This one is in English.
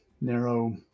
narrow